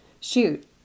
Shoot